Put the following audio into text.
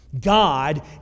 God